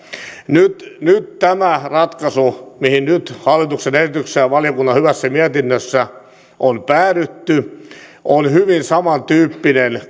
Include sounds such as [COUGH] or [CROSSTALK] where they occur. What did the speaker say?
nyt tämä ratkaisu mihin nyt hallituksen esityksessä ja valiokunnan hyvässä mietinnössä on päädytty on hyvin samantyyppinen [UNINTELLIGIBLE]